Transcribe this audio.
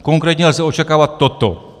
Konkrétně lze očekávat toto: